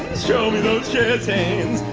show me those jazz hands!